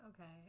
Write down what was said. okay